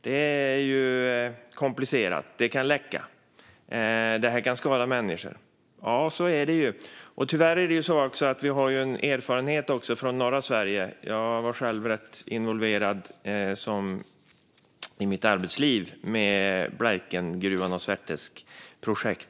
Det är komplicerat. Det kan läcka, och det kan skada människor. Så är det. Vi har tyvärr en erfarenhet från norra Sverige. I mitt arbetsliv var jag själv ganska involverad i Blaikengruvan och Svärtträskgruvan.